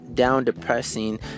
down-depressing